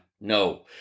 no